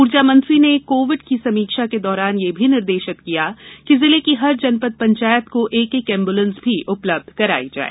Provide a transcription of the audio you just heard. ऊर्जा मंत्री श्री तोमर ने कोविड की समीक्षा के दौरान यह भी निर्देशित किया है कि जिले की हर जनपद पंचायत को एक एक एम्बूलेंस भी उपलब्ध कराई जाए